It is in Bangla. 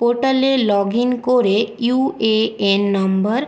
পোর্টালে লগ ইন করে ইউএএন নম্বর